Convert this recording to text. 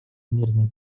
мирные